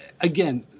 again